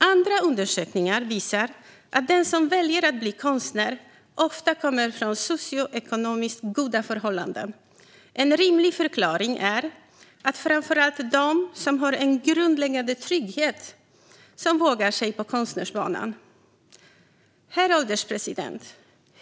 Andra undersökningar visar att den som väljer att bli konstnär ofta kommer från socioekonomiskt goda förhållanden. En rimlig förklaring är att det framför allt är de som har en grundläggande trygghet som vågar sig på konstnärsbanan. Herr ålderspresident!